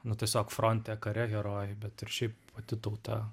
nu tiesiog fronte kare herojai bet ir šiaip pati tauta